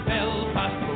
Belfast